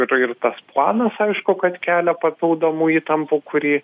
ir ir tas planas aišku kad kelia papildomų įtampų kurį